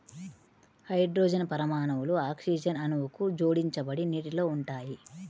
hydrogen పరమాణువులు oxygen అణువుకు జోడించబడి నీటిలో ఉంటాయి